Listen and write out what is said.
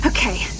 Okay